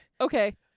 Okay